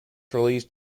released